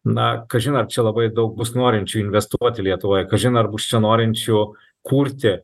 na kažin ar čia labai daug bus norinčių investuoti lietuvoj kažin ar bus čia norinčių kurti